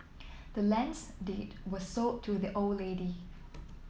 the land's deed was sold to the old lady